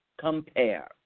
compare